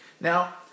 Now